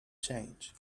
change